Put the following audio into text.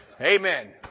Amen